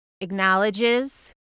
acknowledges